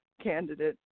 candidate